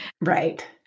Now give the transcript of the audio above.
Right